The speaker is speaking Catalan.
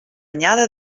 anyada